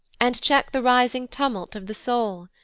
and check the rising tumult of the soul.